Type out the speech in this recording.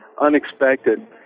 unexpected